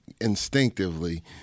instinctively